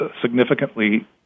significantly